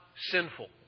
sinful